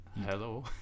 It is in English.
Hello